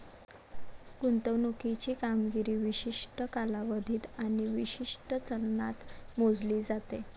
गुंतवणुकीची कामगिरी विशिष्ट कालावधीत आणि विशिष्ट चलनात मोजली जाते